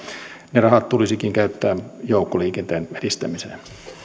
ne rahat tulisikin käyttää joukkoliikenteen edistämiseen